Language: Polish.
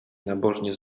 nabożnie